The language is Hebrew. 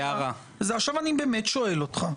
עכשיו אני באמת שואל אותך,